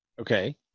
Okay